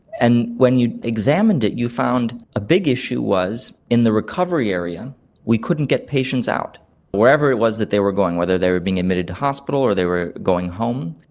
and when you examined it you found a big issue was in the recovery area we couldn't get patients out, or wherever it was that they were going, whether they were being admitted to hospital or they were going home,